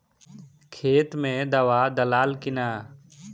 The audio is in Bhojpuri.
खेत मे दावा दालाल कि न?